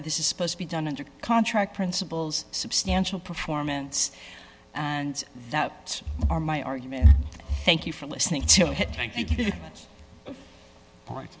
and this is supposed to be done under contract principles substantial performance and that are my argument thank you for listening to it